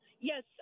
Yes